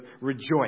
rejoice